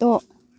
द'